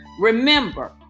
Remember